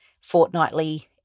fortnightly